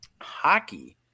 hockey